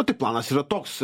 na tai planas yra toks